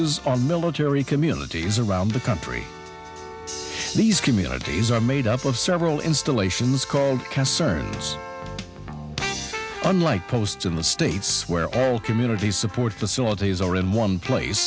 focuses on military communities around the country these communities are made up of several installations called concerns unlike post in the states swear all communities support facilities or in one place